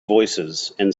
voicesand